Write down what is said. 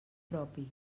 propi